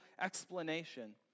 explanation